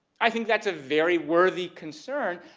i think that's a very worthy concern,